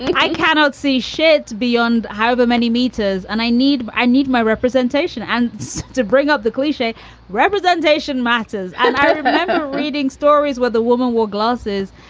i cannot see shit beyond how many meters. and i need i need my representation and to bring up the cliche representation matters. and i remember reading stories where the woman wore glasses.